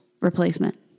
replacement